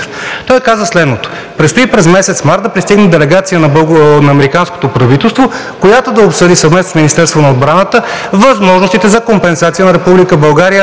Той каза следното: „Предстои през месец март да пристигне делегация на американското правителство, която да обсъди съвместно с Министерството на отбраната възможностите за компенсация на